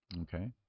Okay